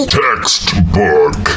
textbook